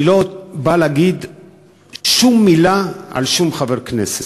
אני לא בא להגיד שום מילה על שום חבר כנסת,